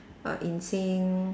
err insane